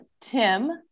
Tim